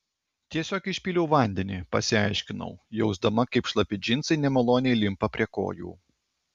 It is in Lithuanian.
tiesiog išpyliau vandenį pasiaiškinau jausdama kaip šlapi džinsai nemaloniai limpa prie kojų